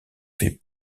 fait